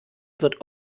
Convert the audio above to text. wird